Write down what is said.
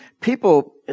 people